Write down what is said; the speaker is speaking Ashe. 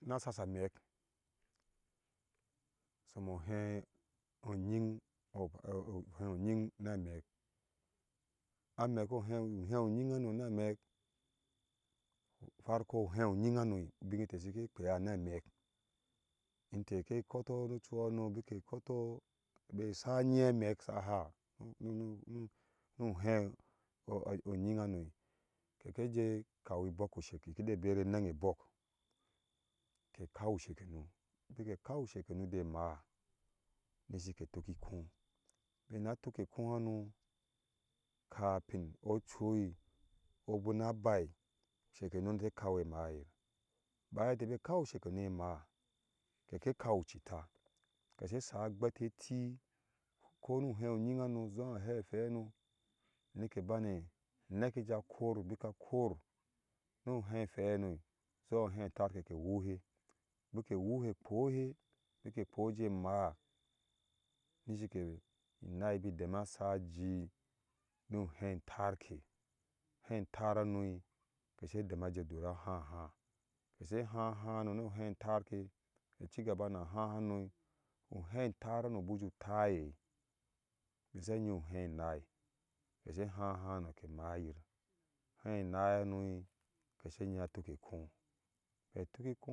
Na asasa amek somouheh uo nyin uheh ŋyin na mek amek uheh uyin anoh na mek ufarko uhe uyin hano ubin netɛ shike kpea na mek ŋteh ke kotɔ nu cuhano bika kotɔ be sha ŋyi amek sha ha nu heoŋyin hano kekije kau she keki bere ŋang ebok ke kau ushekeno bike kau shekenu jemaah ni shi ke duki ikohn bina nattuke ikohahanu kapin ɔcui binna bai shikenu ta kau mayir bai tɛ be kau shekenu maah keke kau uchita kese sai agbeteti ko nu hei unyiu hano zuwa hei efei nikɛ bane neke ja kor bika kor nu hei feihano zuwa uhei tarke ke wuhɛɛ bikɛ wuhɛɛ kpohɛ bike pkoh jɛ maah nisi kɛ iŋai bi deme shaji nu hei ntarka uheitar harnoh kɛsɛdeme je chur a haha kɛsɛ hahanonu hentarke ke cigaba na hahɛnano wuhei ntarke hanu buju taye bise ŋyin uhei enaah kɛsɛ hahahano ke maayir uhei enaah hano kɛsɛ nyiyir atuke ikho be tuk.